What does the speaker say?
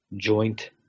joint